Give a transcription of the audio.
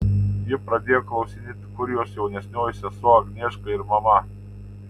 ji pradėjo klausinėti kur jos jaunesnioji sesuo agnieška ir mama